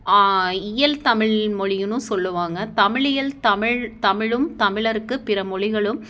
இயல் தமிழ்மொழியினும் சொல்லுவாங்க தமிழியல் தமிழ் தமிழும் தமிழருக்கு பிற மொழிகளும்